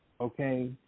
okay